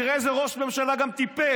תראה איזה ראש ממשלה, גם טיפש.